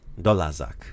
Dolazak